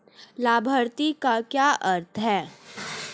लाभार्थी का क्या अर्थ है?